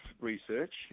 research